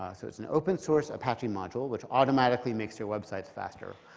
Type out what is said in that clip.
ah so it's an open source apache module, which automatically makes your websites faster.